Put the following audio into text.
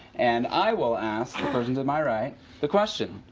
and i will ask the person to my right the question.